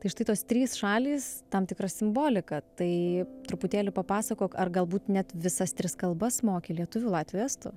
tai štai tos trys šalys tam tikra simbolika tai truputėlį papasakok ar galbūt net visas tris kalbas moki lietuvių latvių estų